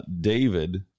David